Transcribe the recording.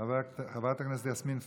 חברת הכנסת יסמין פרידמן,